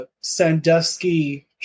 Sandusky